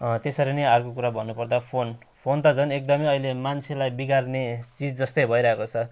त्यसरी नै अर्को कुरा भन्नुपर्दा फोन फोन त झन् एकदमै अहिले मान्छेलाई बिगार्ने चिज जस्तै भइरहेको छ